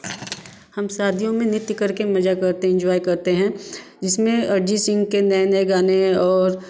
हम शादियों में नृत्य करके मज़ा करते एन्जॉय करते हैं जिसमें अरिजीत सिंह के नए नए गाने और